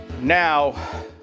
now